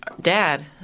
Dad